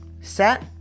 set